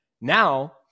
Now